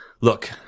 Look